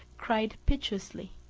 cried piteously,